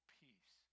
peace